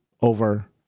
over